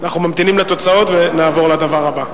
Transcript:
אנחנו ממתינים לתוצאות, ונעבור לדבר הבא.